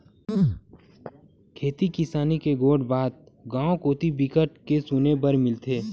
खेती किसानी के गोठ बात गाँव कोती बिकट के सुने बर मिलथे